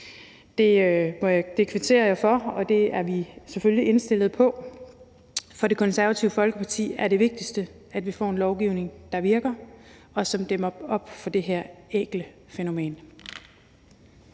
Det kvitterer jeg for, og det er vi selvfølgelig indstillede på. For Det Konservative Folkeparti er det vigtigste, at vi får en lovgivning, der virker, og som dæmmer op for det her ækle fænomen.